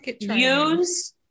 use